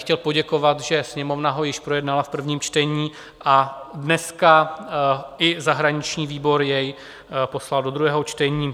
Chtěl bych poděkovat, že Sněmovna ho již projednala v prvním čtení a dneska i zahraniční výbor jej poslal do druhého čtení.